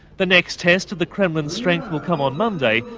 the next test of the kremlin's strength will come on monday,